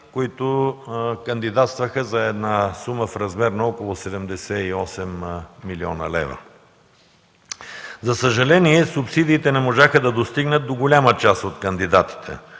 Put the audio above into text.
които кандидатстваха за сума в размер на около 78 млн. лв. За съжаление субсидиите не можаха да достигнат до голяма част от кандидатите.